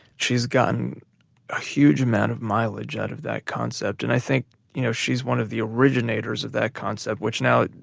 she's gotten a huge amount of mileage out of that concept. and i think you know she's one of the originators of that concept which now,